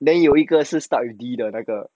then 有一个是 start with D 的那个